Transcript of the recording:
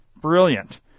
Brilliant